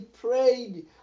prayed